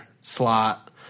slot